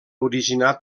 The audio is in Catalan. originar